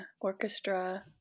orchestra